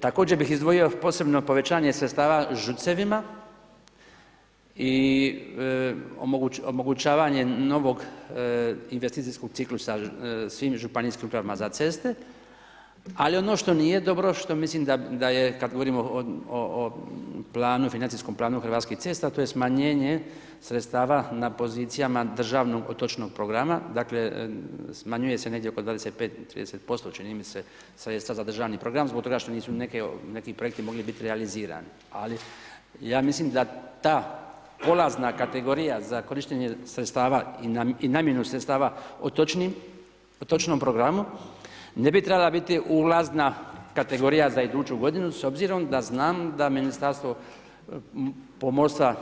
Također bih izdvojio još posebno povećanje sredstava …/nerazumljivo/… i omogućavanje novog investicijskog ciklusa svim županijskim upravama za ceste ali ono što nije dobro što mislim da je kad govorimo o planu financijskom planu Hrvatskih cesta a to je smanjenje sredstava na pozicijama državnog otočnog programa, dakle smanjuje se negdje oko 25-30% čini mi se sredstava za državni program zbog toga što nisu neke, neki projekti mogli biti realizirani, ali ja mislim da ta polazna kategorija za korištenje sredstava i namjenu sredstava otočnim, otočnom programu ne bi trebala biti ulazna kategorija za iduću godinu s obzirom da znam da Ministarstvo pomorstva,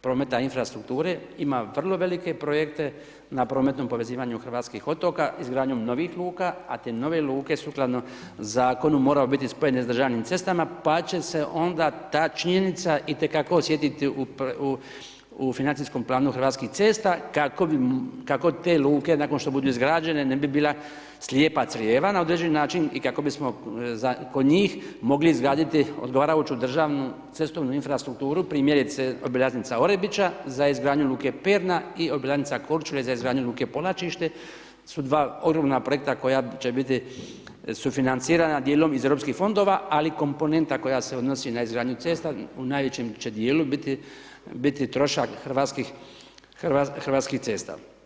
prometa i infrastrukture ima vrlo velike projekte na prometnom povezivanju hrvatskih otoka izgradnjom novih luka a te nove luke sukladno zakonu moraju biti spojene s državnim cestama pa će se onda ta činjenica itekako osjetiti u financijskom planu Hrvatskih cesta, kako bi te luke nakon što budu izgrađene, ne bila slijepa crijeva na određeni način i kako bismo kod njih mogli izgraditi odgovarajuću državnu cestovnu infrastrukturu, primjerice obilaznica Orebića za izgradnju Luke Perna i obilaznica Korčula za izgradnju luke Polačišće su dva ogromna projekta koja će biti sufinancirana djelom iz EU fondova ali i komponenta koja se odnosi na izgradnju cesta u najvećem će djelu biti trošak Hrvatskih cesta.